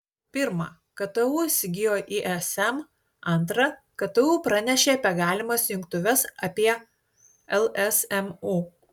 pirma ktu įsigijo ism antra ktu pranešė apie galimas jungtuves apie lsmu